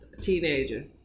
teenager